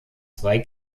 zwei